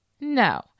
No